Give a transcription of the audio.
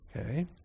okay